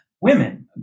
women